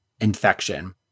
infection